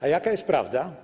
A jaka jest prawda?